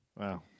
Wow